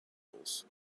angles